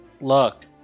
Look